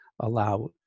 allow